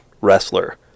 wrestler